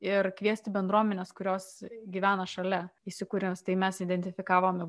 ir kviesti bendruomenes kurios gyvena šalia įsikūrę tai mes identifikavome